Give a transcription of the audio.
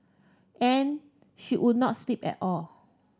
and she would not sleep at all